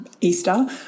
Easter